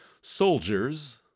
Soldiers